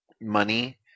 money